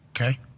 Okay